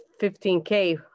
15K